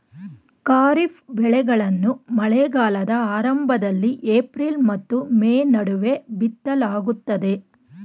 ಖಾರಿಫ್ ಬೆಳೆಗಳನ್ನು ಮಳೆಗಾಲದ ಆರಂಭದಲ್ಲಿ ಏಪ್ರಿಲ್ ಮತ್ತು ಮೇ ನಡುವೆ ಬಿತ್ತಲಾಗುತ್ತದೆ